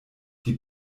die